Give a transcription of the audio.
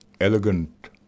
elegant